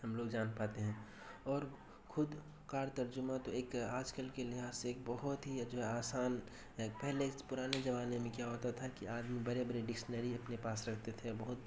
ہم لوگ جان پاتے ہیں اور خودکار ترجمہ تو ایک آج کل کے لحاظ سے ایک بہت ہی جو ہے آسان ہے پہلے پرانے زمانے میں کیا ہوتا تھا کہ آدمی بڑے بڑے ڈکشنری اپنے پاس رکھتے تھے بہت